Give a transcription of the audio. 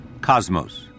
Cosmos